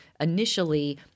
initially